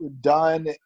done